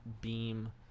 beam